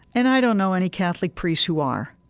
and i don't know any catholic priests who are.